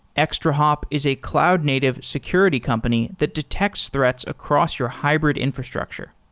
extrahop is a cloud-native security company that detects threats across your hybrid infrastructure.